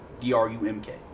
D-R-U-M-K